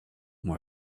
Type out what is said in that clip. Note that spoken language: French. moi